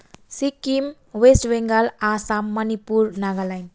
Sikkim West Bengal Assam Manipur Nagaland